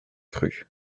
cru